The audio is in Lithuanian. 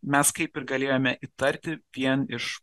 mes kaip ir galėjome įtarti vien iš